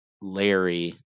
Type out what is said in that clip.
Larry